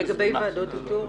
ולגבי ועדת איתור.